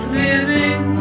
living